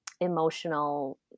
emotional